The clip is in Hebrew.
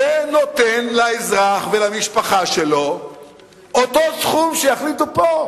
זה נותן לאזרח ולמשפחה שלו אותו סכום שיחליטו פה